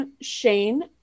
Shane